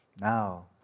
Now